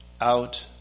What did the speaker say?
out